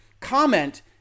comment